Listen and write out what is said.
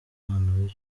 umubano